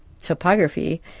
topography